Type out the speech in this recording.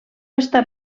està